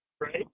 right